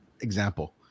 example